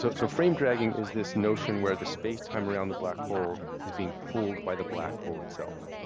so so frame dragging is this notion where the space time around the black hole is being pulled by the black hole itself.